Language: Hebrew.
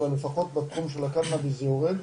אבל לפחות בתחום של הקנאביס זה יורד.